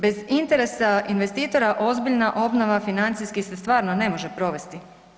Bez interesa investitora ozbiljna obnova financijski se stvarno ne može provesti.